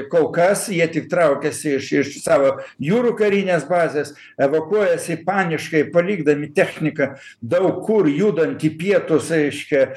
kol kas jie tik traukiasi iš iš savo jūrų karinės bazės evakuojasi paniškai palikdami techniką daug kur judant į pietus reiškia